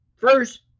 First